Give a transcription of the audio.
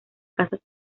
cazas